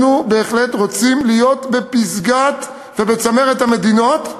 אנחנו בהחלט רוצים להיות בפסגה ובצמרת המדינות.